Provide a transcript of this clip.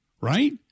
right